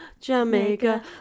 Jamaica